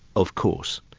of course.